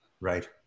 Right